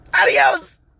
Adios